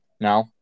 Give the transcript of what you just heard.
No